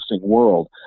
world